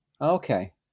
Okay